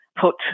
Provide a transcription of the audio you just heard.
put